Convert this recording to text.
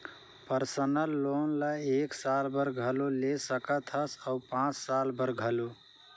personal loan ल एक साल बर घलो ले सकत हस अउ पाँच साल बर घलो